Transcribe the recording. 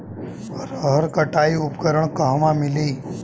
रहर कटाई उपकरण कहवा मिली?